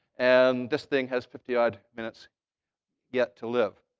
and this thing has fifty odd minutes yet to live.